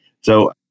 So-